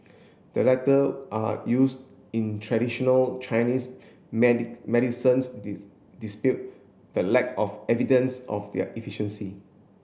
the latter are used in traditional Chinese medicines the lack of evidence of their efficiency